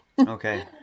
Okay